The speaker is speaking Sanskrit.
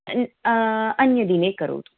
अन्यदिने करोतु